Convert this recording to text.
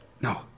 No